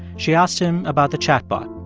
she asked him about the chatbot,